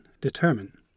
determine